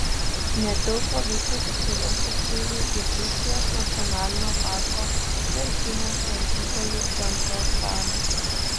netilpo visi susirinkusieji į dzūkijos nacionalinio parko merkinės lankytojų centro salę